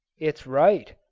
it's right,